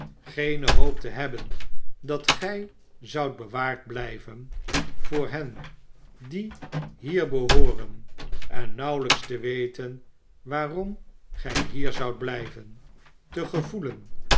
geene hoop te hebben dat gij zoudt bewaard blijven voor hen die hier behooren en nauwelijks te weten waarom gij hier zoudt blijven te gevoelen